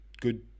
good